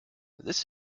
this